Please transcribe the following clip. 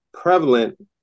prevalent